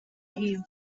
him